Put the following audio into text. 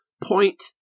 point